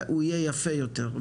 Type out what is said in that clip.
הוא יהיה יפה יותר,